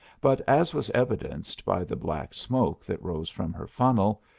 but, as was evidenced by the black smoke that rose from her funnel,